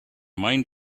mind